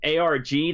ARG